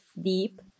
deep